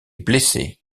blessée